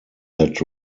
that